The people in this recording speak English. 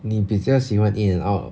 你比较喜欢 In-N-Out